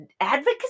advocacy